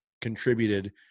contributed